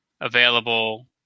available